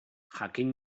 jakin